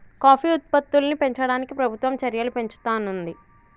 coffee ఉత్పత్తుల్ని పెంచడానికి ప్రభుత్వం చెర్యలు పెంచుతానంది